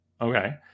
Okay